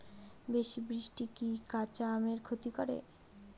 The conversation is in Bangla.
বেশি বৃষ্টি কি কাঁচা আমের ক্ষতি করে?